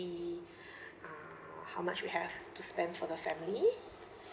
uh how much we have to spend for the family